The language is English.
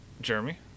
Jeremy